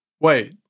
wait